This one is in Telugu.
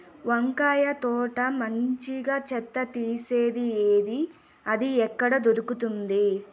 వంకాయ తోట మంచిగా చెత్త తీసేది ఏది? అది ఎక్కడ దొరుకుతుంది?